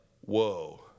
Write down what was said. whoa